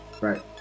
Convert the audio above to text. Right